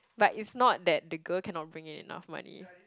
but it's not that the girl cannot bring in enough money